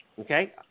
Okay